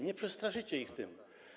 Nie przestraszycie ich tym.